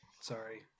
Sorry